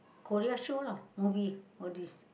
Korea show lah movies all these